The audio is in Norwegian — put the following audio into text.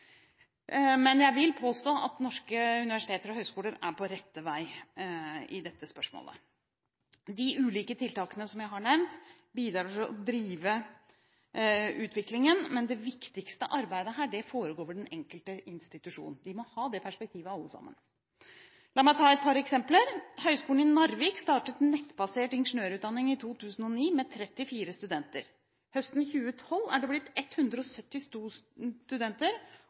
Men jeg vil påstå at norske universiteter og høyskoler er på rett vei i dette spørsmålet. De ulike tiltakene som jeg har nevnt, bidrar til å drive utviklingen, men det viktigste arbeidet foregår ved den enkelte institusjon. De må alle ha dette perspektivet. La meg ta et par eksempler. Høgskolen i Narvik startet nettbasert ingeniørutdanning i 2009, med 34 studenter. Høsten 2012 var det blitt 172 studenter,